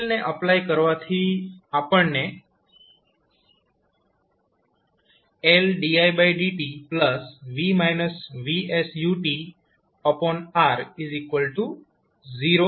KCL ને apply કરવાથી આપણે LdiLdtV Vs uR0 લખી શકીએ